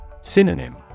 Synonym